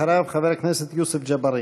אחריו, חבר הכנסת יוסף ג'בארין.